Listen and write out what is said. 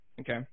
Okay